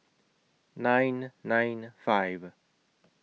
nine nine five